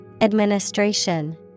Administration